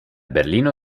berlino